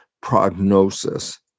prognosis